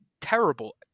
terrible